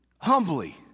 Humbly